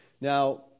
Now